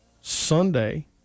Sunday